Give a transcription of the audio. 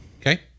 Okay